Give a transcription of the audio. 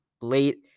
late